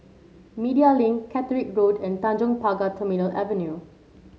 Media Link Caterick Road and Tanjong Pagar Terminal Avenue